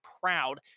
proud